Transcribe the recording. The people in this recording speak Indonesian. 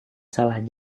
salah